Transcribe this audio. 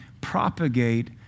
propagate